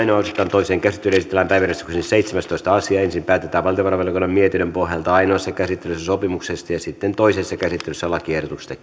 toiseen käsittelyyn esitellään päiväjärjestyksen seitsemästoista asia ensin päätetään valtiovarainvaliokunnan mietinnön neljä pohjalta ainoassa käsittelyssä sopimuksesta ja sitten toisessa käsittelyssä lakiehdotuksesta